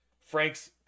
Frank's